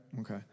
okay